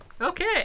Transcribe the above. Okay